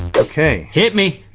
okay. hit me.